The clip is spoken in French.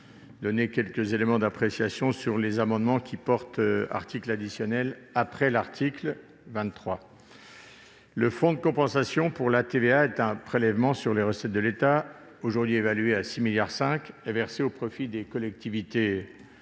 donner quelques éléments d'appréciation sur les amendements tendant à insérer des articles additionnels après l'article 23 Le fonds de compensation pour la TVA, le FCTVA, est un prélèvement sur les recettes de l'État, aujourd'hui évalué à 6,5 milliards d'euros et versé au profit des collectivités